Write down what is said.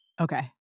Okay